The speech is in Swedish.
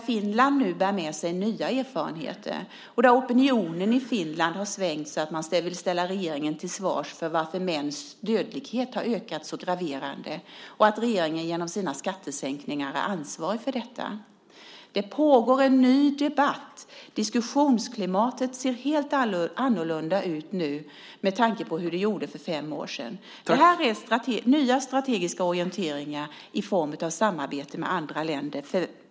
Finland bär nu med sig nya erfarenheter. Opinionen i Finland har svängt så att man vill ställa regeringen till svars för att mäns dödlighet har ökat så graverande, och man menar att regeringen genom sina skattesänkningar är ansvarig för detta. Det pågår en ny debatt. Diskussionsklimatet ser helt annorlunda ut nu än det gjorde för fem år sedan. Det här är nya strategiska orienteringar i form av samarbete med andra länder.